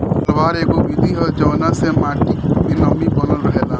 पलवार एगो विधि ह जवना से माटी मे नमी बनल रहेला